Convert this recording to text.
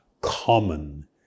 common